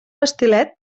estilet